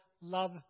love